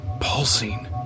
Pulsing